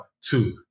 two